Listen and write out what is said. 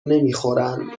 نمیخورند